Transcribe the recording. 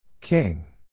King